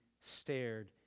stared